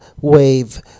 wave